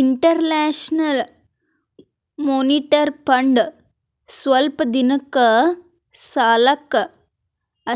international monetary fund ಸ್ವಲ್ಪ್ ದಿನದ್ ಸಲಾಕ್